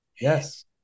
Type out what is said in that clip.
yes